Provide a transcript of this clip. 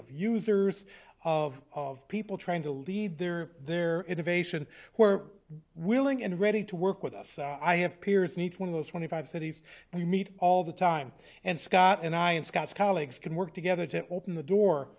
of users of people trying to lead their their invitation who are willing and ready to work with us i have peers and each one of those twenty five cities i meet all the time and scott and i and scott's colleagues can work together to open the door